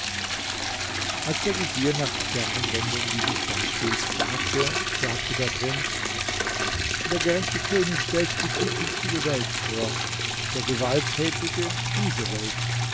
als der vezier nach der anwendung dieses beispiels fragte sagte der prinz der gerechte könig stellt die zukünftige welt vor der gewalttätige diese welt